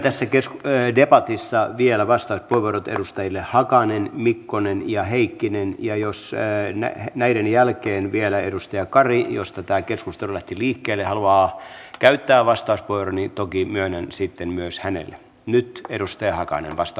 myönnän tässä debatissa vielä vastauspuheenvuorot edustajille hakanen mikkonen ja heikkinen ja jos näiden jälkeen vielä edustaja kari josta tämä keskustelu lähti liikkeelle haluaa käyttää vastauspuheenvuoron toki myönnän sen sitten myös hänelle